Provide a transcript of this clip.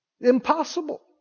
Impossible